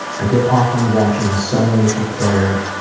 i get off on watching as someone is required,